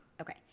Okay